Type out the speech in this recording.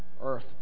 Earth